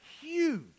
huge